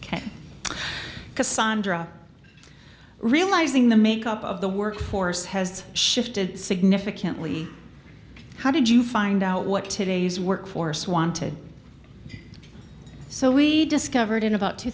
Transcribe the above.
cassandra realizing the make up of the workforce has shifted significantly how did you find out what today's workforce wanted so we discovered in about two